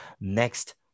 Next